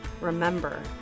Remember